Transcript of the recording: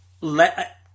Let